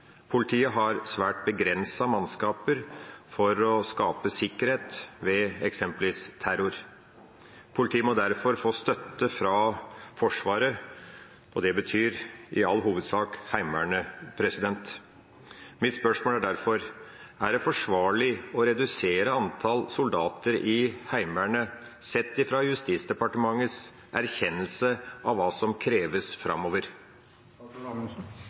Politiet har svært begrensede mannskaper for å skape sikkerhet ved eksempelvis terror. Politiet må derfor få støtte fra Forsvaret, og det betyr i all hovedsak Heimevernet. Mitt spørsmål er derfor: Er det forsvarlig å redusere antallet soldater i Heimevernet, sett ifra Justisdepartementets erkjennelse av hva som kreves